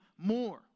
more